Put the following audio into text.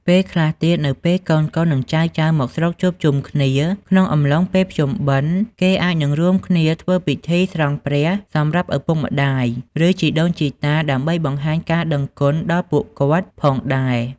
ពេលខ្លះទៀត នៅពេលកូនៗនិងចៅៗមកស្រុកជួបជុំគ្នាក្នុងអំឡុងពេលភ្ជុំបិណ្ឌ គេអាចនឹងរួមគ្នាធ្វើពិធីស្រង់ព្រះសម្រាប់ឪពុកម្ដាយ ឬ ជីដូនជីតាដើម្បីនបង្ហាញការដឹងគុណដល់ពួកគាត់ផងដែរ។